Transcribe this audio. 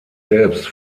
selbst